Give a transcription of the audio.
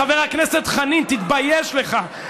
חבר הכנסת חנין, תתבייש לך.